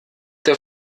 der